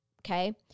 okay